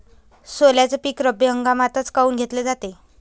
सोल्याचं पीक रब्बी हंगामातच काऊन घेतलं जाते?